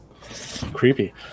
Creepy